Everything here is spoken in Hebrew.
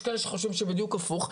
ויש כאלה שחושבים שבדיוק הפוך.